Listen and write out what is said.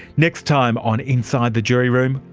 next time on inside the jury room,